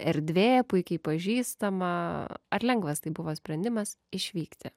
erdvė puikiai pažįstama ar lengvas tai buvo sprendimas išvykti